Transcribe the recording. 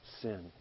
sin